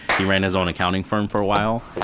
he ran his own accounting firm for awhile.